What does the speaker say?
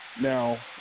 Now